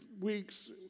weeks